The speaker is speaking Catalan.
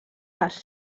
les